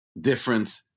different